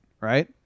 right